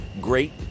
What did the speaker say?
great